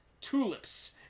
tulips